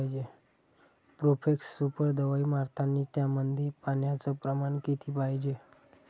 Profex super दवाई मारतानी त्यामंदी पान्याचं प्रमाण किती पायजे?